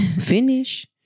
Finish